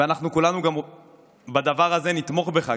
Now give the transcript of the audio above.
וכולנו בדבר הזה נתמוך בך,